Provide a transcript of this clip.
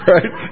Right